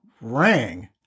rang